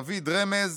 דוד רמז,